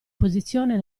posizione